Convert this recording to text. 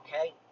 okay